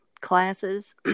classes